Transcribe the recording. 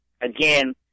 again